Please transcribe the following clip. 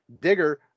Digger